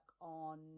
on